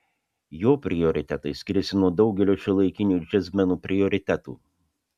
jo prioritetai skiriasi nuo daugelio šiuolaikinių džiazmenų prioritetų